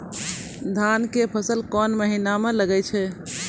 धान के फसल कोन महिना म लागे छै?